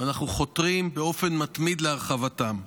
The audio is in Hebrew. ואנחנו חותרים באופן מתמיד להרחבתם.